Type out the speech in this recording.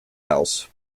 house